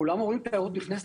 כולם אומרים תיירות נכנסת,